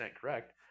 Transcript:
correct